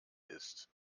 ist